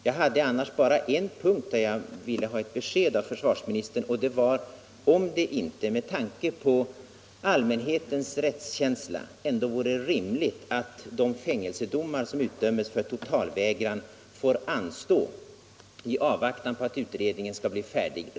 Jag hade annars bara en punkt där jag ville ha ett besked av för svarsministern, och det var om det inte med tanke på allmänhetens rättskänsla ändå vore rimligt att de fångelsedomar som utdöms för totalvägran får anstå i avvaktan på att utredningen blir färdig.